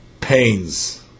pains